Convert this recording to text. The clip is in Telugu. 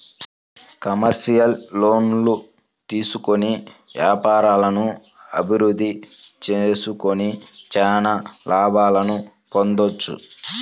కమర్షియల్ లోన్లు తీసుకొని వ్యాపారాలను అభిరుద్ధి చేసుకొని చానా లాభాలను పొందొచ్చు